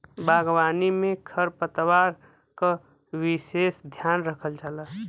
बागवानी में खरपतवार क विसेस ध्यान रखल जाला